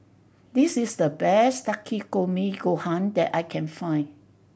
this is the best Takikomi Gohan that I can find